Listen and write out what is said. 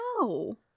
No